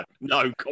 No